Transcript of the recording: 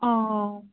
অঁ